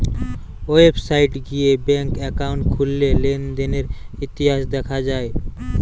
website গিয়ে bank account খুললে লেনদেনের ইতিহাস দেখা যায়